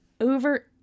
over